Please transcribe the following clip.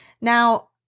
Now